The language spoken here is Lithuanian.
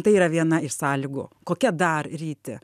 tai yra viena iš sąlygų kokia dar ryti